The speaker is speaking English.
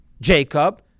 Jacob